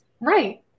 Right